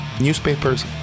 newspapers